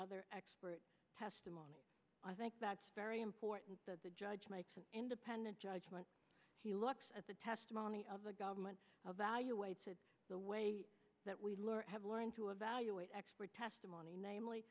other expert testimony i think that's very important that the judge makes an independent judgment he looks at the testimony of a government of value weight to the way that we learn have learned to evaluate expert testimony namely